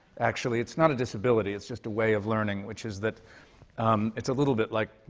actually. it's not a disability, it's just a way of learning, which is that um it's a little bit like,